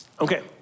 Okay